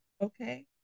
Okay